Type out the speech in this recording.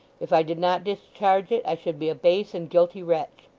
if i did not discharge it, i should be a base and guilty wretch.